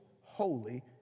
holy